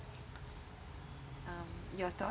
um your thought